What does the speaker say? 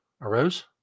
arose